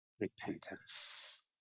repentance